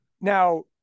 Now